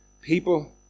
people